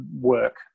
work